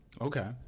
Okay